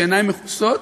כשהעיניים מכוסות,